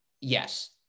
yes